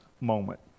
moment